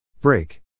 Break